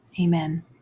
Amen